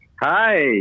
Hi